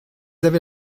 avez